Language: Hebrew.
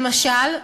למשל,